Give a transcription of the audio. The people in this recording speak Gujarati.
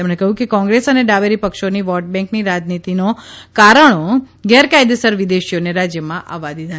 તેમણેકહ્યું કે કોંગ્રેસ અને ડાબેરી પક્ષોની વોટબેન્કની રાજનિતિનો કારણો ગેરકાયદેસરવિદેશીઓને રાજ્યમાં આવવા દીધા